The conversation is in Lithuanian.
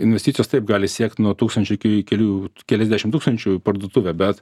investicijos taip gali siekt nuo tūkstančio iki kelių keliasdešimt tūkstančių į parduotuvę bet